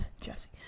Jesse